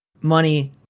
money